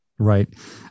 Right